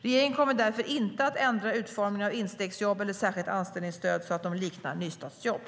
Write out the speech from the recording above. Regeringen kommer därför inte att ändra utformningen av instegsjobb eller särskilt anställningsstöd så att de liknar nystartsjobb.